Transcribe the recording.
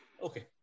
Okay